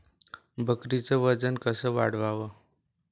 बकरीचं वजन कस वाढवाव?